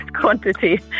quantity